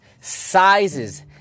sizes